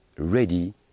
Ready